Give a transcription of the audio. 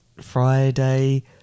Friday